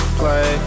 play